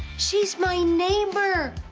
she's my neighbor.